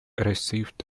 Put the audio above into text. received